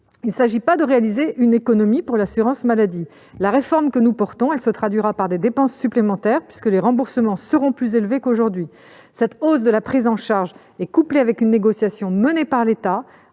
Il ne s'agit pas de réaliser une économie pour l'assurance maladie. La réforme que nous portons se traduira par des dépenses supplémentaires, puisque les remboursements seront plus élevés qu'aujourd'hui. Cette hausse de la prise en charge est couplée avec une négociation menée par l'État